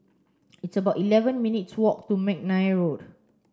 it's about eleven minutes' walk to McNair Road